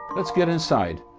let's get inside.